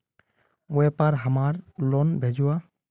व्यापार हमार लोन भेजुआ?